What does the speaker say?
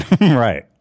Right